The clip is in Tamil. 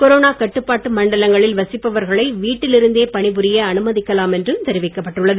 கொரோனா கட்டுப்பாட்டு மண்டலங்களில் வசிப்பவர்களை வீட்டில் இருந்தே பணிபுரிய அனுமதிக்கலாம் என்றும் தெரிவிக்கப் பட்டுள்ளது